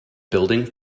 building